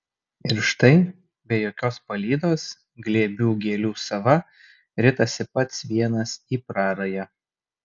ir štai be jokios palydos glėbių gėlių sava ritasi pats vienas į prarają